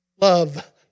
love